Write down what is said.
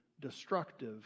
destructive